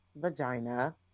vagina